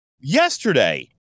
yesterday